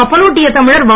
கப்பலோட்டிய தமிழர் வ